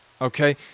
okay